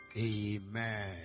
Amen